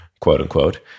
quote-unquote